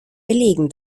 belegen